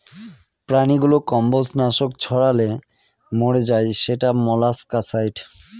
প্রাণীগুলো কম্বজ নাশক ছড়ালে মরে যায় সেটা মোলাস্কাসাইড